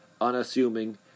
unassuming